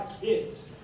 kids